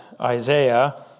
Isaiah